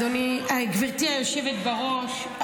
גברתי היושבת בראש,